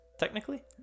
technically